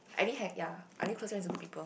I only had ya I only close friends with good people